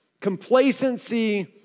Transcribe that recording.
Complacency